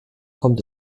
kommt